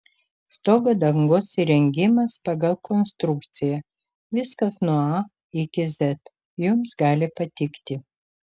stogo dangos įrengimas pagal konstrukciją viskas nuo a iki z jums gali patikti